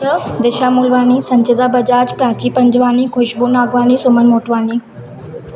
चओ दिशा मूलवानी संचिता बजाज प्राची पंजवानी खुशबू नागवानी सुमन मोटवानी